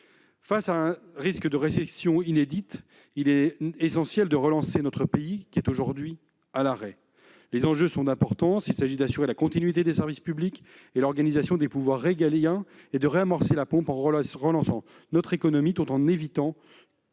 Face à un risque de récession inédite, il est essentiel de relancer notre pays, aujourd'hui à l'arrêt. Les enjeux sont d'importance : il s'agit d'assurer la continuité des services publics et l'organisation des pouvoirs régaliens, de réamorcer la pompe en relançant notre économie tout en évitant